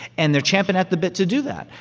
and they're champing at the bit to do that.